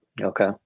Okay